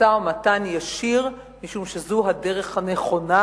למשא-ומתן ישיר, משום שזו הדרך הנכונה